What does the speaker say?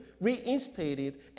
reinstated